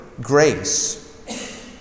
grace